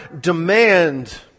demand